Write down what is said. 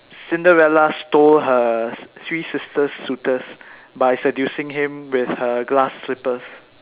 Cinderella stole her three sister's suitors by seducing him with her glass slippers